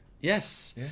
Yes